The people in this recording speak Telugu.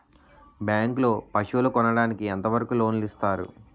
బ్యాంక్ లో పశువుల కొనడానికి ఎంత వరకు లోన్ లు ఇస్తారు?